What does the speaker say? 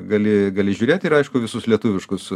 gali gali žiūrėti ir aišku visus lietuviškus